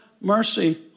mercy